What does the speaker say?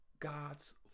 God's